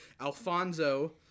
Alfonso